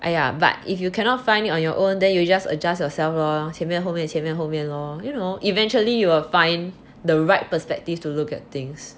!aiya! but if you cannot find it on your own then you just adjust yourself lor 前面后面前面后面 lor you know eventually you will find the right perspective to look at things